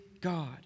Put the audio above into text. God